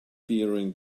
bearing